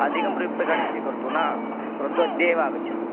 अधिकानि रूप्यकाणि स्वीकर्तुं न परन्तु अद्य एव आगच्छतु